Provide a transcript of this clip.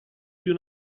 più